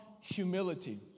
humility